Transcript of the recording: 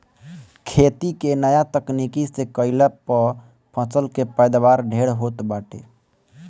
खेती के नया तकनीकी से कईला पअ फसल के पैदावार ढेर होत बाटे